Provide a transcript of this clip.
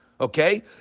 Okay